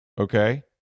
Okay